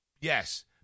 Yes